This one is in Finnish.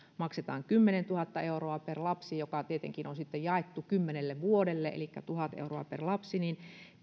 maksetaan kymmenentuhatta euroa per lapsi joka tietenkin on sitten jaettu kymmenelle vuodelle elikkä tuhat euroa per vuosi niin